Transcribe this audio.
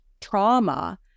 trauma